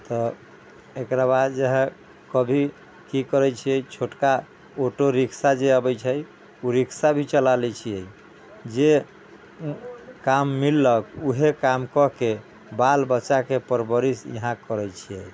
तऽ एकरा बाद जे हय कभी की करै छियै छोटका ऑटो रिक्शा जे अबै छै ओ रिक्शा भी चला लै छियै जे काम मिललक उहे काम कऽ के बाल बच्चा के परवरिश यहाँ करै छियै